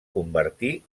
convertir